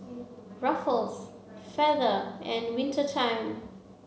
Ruffles Feather and Winter Time